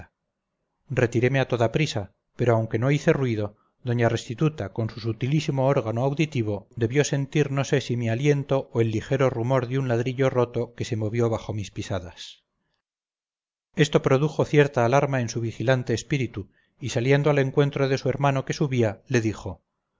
retireme a toda prisa pero aunque no hice ruido doña restituta con su sutilísimo órgano auditivo debió sentir no sé si mi aliento o el ligero rumor de un ladrillo roto que se movió bajo mis pisadas esto produjo cierta alarma en su vigilante espíritu y saliendo al encuentro de su hermano que subía le dijo